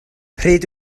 pryd